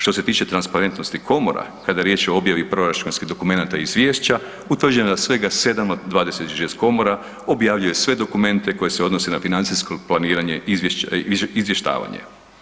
Što se tiče transparentnosti komora kada je riječ o objavi proračunskih dokumenata i izvješća utvrđeno je da je svega 7 od 26 komora objavljuju sve dokumenta koji se odnose na financijsko planiranje i izvještavanje.